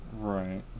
Right